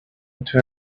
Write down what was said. into